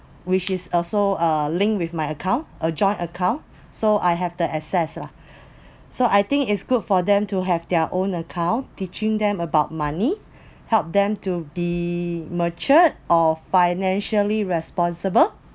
which is also a link with my account a joint account so I have the access lah so I think it's good for them to have their own account teaching them about money help them to be matured or financially responsible